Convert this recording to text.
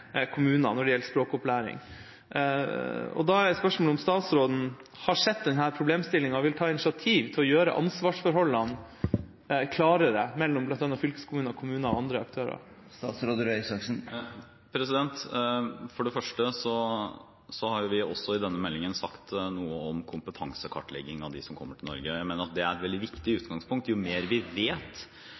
kommunene og andre aktører. Det kan i verste fall føre til at elevene får et dårligere tilbud, men det hindrer også fylkeskommunene i å koordinere samarbeidet om elever med kommunen når det gjelder f.eks. språkopplæring. Spørsmålet er om statsråden har sett denne problemstillingen og vil ta initiativ til å gjøre ansvarsforholdene klarere mellom bl.a. fylkeskommune, kommuner og andre aktører. For det første har vi i denne meldingen også sagt noe om kompetansekartlegging av dem som kommer til Norge. Jeg mener